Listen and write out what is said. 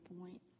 point